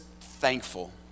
thankful